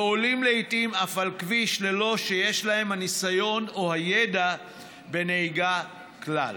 ואף עולים לעיתים על כביש ללא שיש להם הניסיון או הידע בנהיגה כלל.